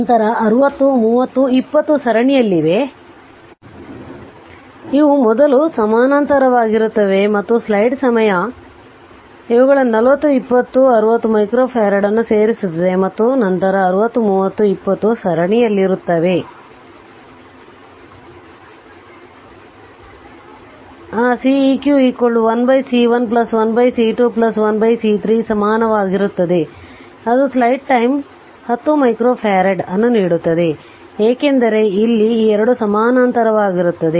ನಂತರ 60 30 ಮತ್ತು 20 ಸರಣಿಯಲ್ಲಿವೆ ಇವು ಮೊದಲು ಸಮಾನಾಂತರವಾಗಿರುತ್ತವೆ ಮತ್ತು ಸ್ಲೈಡ್ ಸಮಯವು ಅವುಗಳನ್ನು 40 20 60 ಮೈಕ್ರೊಫರಾಡ್ ಅನ್ನು ಸೇರಿಸುತ್ತದೆ ಮತ್ತು ನಂತರ 60 30 ಮತ್ತು 20 ಸರಣಿಯಲ್ಲಿರುತ್ತವೆ ಆ Ceq 1C1 1C2 1C3 ಸಮಾನವಾಗಿರುತ್ತದೆ ಅದು ಸ್ಲೈಡ್ ಟೈಮ್ 10 ಮೈಕ್ರೊ ಫರಾಡ್ ಅನ್ನು ನೀಡುತ್ತದೆ ಏಕೆಂದರೆ ಇಲ್ಲಿ ಈ 2 ಸಮಾನಾಂತರವಾಗಿರುತ್ತದೆ